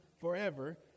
forever